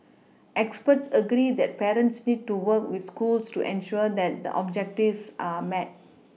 experts agree that parents need to work with schools to ensure that the objectives are met